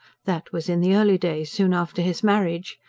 that was in the early days, soon after his marriage.